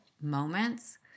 moments